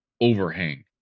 overhang